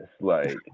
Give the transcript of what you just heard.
like-